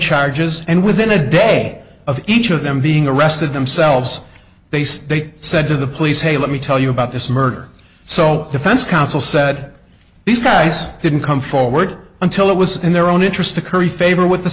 charges and within a day of each of them being arrested themselves they said they said to the police hey let me tell you about this murder so defense counsel said these guys didn't come forward until it was in their own interest to curry favor with the